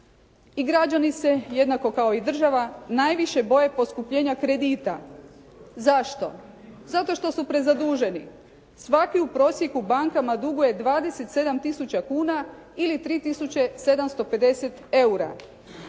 I građani se, jednako kao i država najviše boje poskupljenja kredita, zašto? Zato što su prezaduženi. Svaki u prosjeku bankama duguje 27 tisuća kuna ili 375 eura.